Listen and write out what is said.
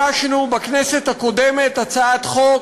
הגשנו בכנסת הקודמת הצעת חוק